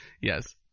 Yes